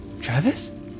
Travis